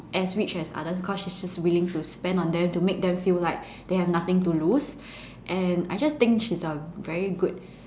as rich as others because she's just willing to spend on them to make them feel like they have nothing to lose and I just think she's a very good